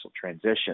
transition